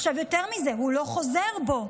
יותר מזה, הוא לא חוזר בו.